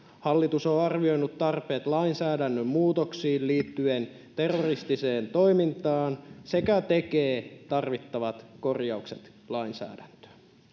hallitus on arvioinut tarpeet lainsäädännön muutoksiin liittyen terroristiseen toimintaan sekä tekee tarvittavat korjaukset lainsäädäntöön